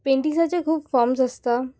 पेंटींगसाचे खूब फॉर्म्स आसता